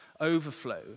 overflow